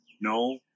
No